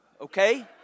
Okay